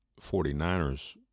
49ers